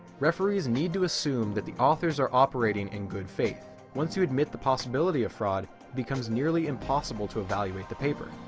referees need to assume that the authors are operating in good faith. once you admit the possibility of fraud it becomes nearly impossible to evaluate the paper.